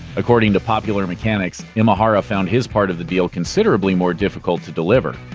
according to popular mechanics, imahara found his part of the deal considerably more difficult to deliver.